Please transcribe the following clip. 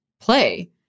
play